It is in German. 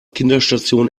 kinderstation